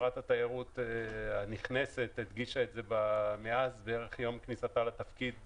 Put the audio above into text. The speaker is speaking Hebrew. שרת התיירות הנכנסת הדגישה את זה פעמים רבות מאז יום כניסתה לתפקיד.